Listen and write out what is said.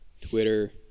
Twitter